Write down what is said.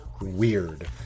Weird